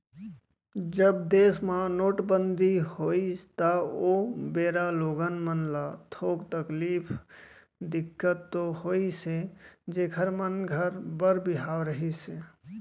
जब देस म नोटबंदी होइस त ओ बेरा लोगन मन ल थोक तकलीफ, दिक्कत तो होइस हे जेखर मन घर बर बिहाव रहिस हे